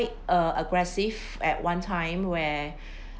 err aggressive at one time where